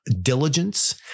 diligence